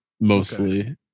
Mostly